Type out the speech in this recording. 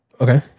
Okay